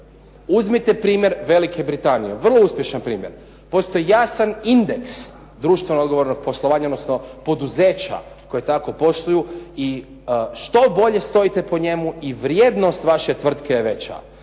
Uzmite primjer Velike Britanije, vrlo uspješan primjer. Postoji jasan indeks društveno odgovornog poslovanja, odnosno poduzeća koje tako posluju i što bolje stojite po njemu, i vrijednost vaše tvrtke je veća,